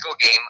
game